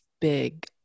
big